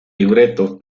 libreto